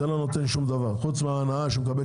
זה לא נותן שום דבר חוץ מההנאה שהוא מקבל